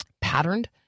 patterned